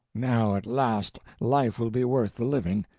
now, at last, life will be worth the living.